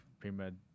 pre-med